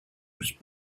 was